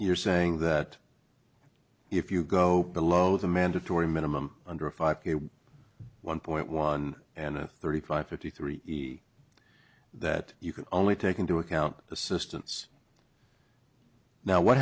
you're saying that if you go below the mandatory minimum under a five one point one and a thirty five fifty three b that you can only take into account the system's now what